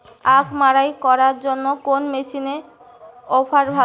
আখ মাড়াই করার জন্য কোন মেশিনের অফার ভালো?